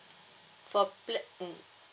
for pla~ mm